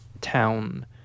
town